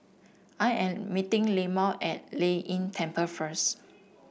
I am meeting Leamon at Lei Yin Temple first